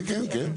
שאלה.